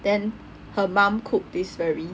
then her mum cook this very